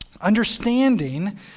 understanding